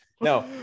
No